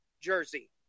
jersey